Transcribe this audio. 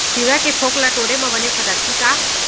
तिंवरा के फोंक ल टोरे म बने फदकही का?